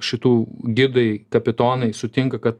šitų gidai kapitonai sutinka kad